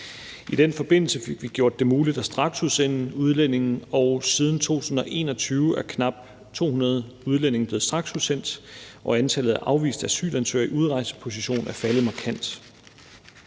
I den forbindelse fik vi gjort det muligt at straksudsende udlændinge, og siden 2021 er knap 200 udlændinge blevet straksudsendt, og antallet af afviste asylansøgere i udrejseposition er faldet markant.